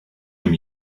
him